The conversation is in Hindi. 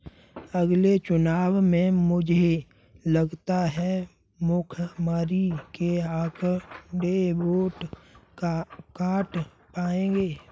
अगले चुनाव में मुझे लगता है भुखमरी के आंकड़े वोट काट पाएंगे